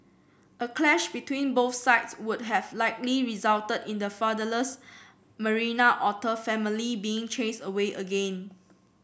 a clash between both sides would have likely resulted in the fatherless Marina otter family being chased away again